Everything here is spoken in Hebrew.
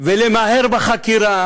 ולמהר בחקירה